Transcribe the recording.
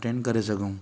attend करे सघूं